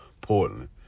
Portland